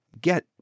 get